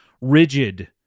rigid